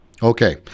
Okay